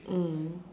mm